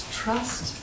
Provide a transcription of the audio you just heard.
trust